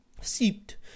seeped